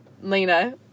Lena